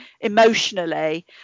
emotionally